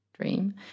dream